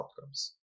outcomes